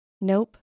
Nope